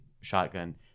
shotgun